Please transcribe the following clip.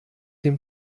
dem